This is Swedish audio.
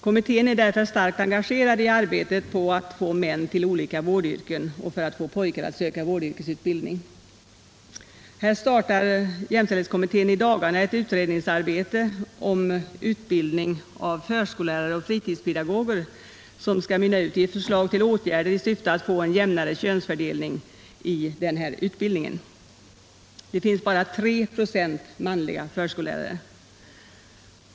Kommittén är därför starkt engagerad i arbetet för att få män till olika vårdyrken och för att få pojkar att söka till vårdyrkesutbildning. I det syftet startar jämställdhetskommittén i dagarna ett utredningsarbete om utbildning av förskollärare och fritidspedagoger, som skall mynna ut i ett förslag till åtgärder för att nå en jämnare könsfördelning i denna utbildning. Det finns bara 3 manliga förskollärare.